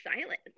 silence